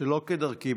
שלא כדרכי,